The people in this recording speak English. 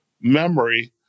memory